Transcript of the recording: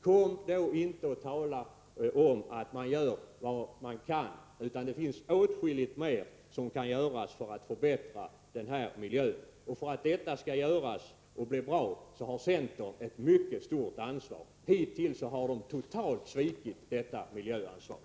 Kom då inte och tala om att man gör vad man kan! Det finns åtskilligt mer man kan göra för att förbättra miljön — och centern har ett mycket stort ansvar för att detta görs och blir bra. Hittills har ni totalt svikit detta miljöansvar!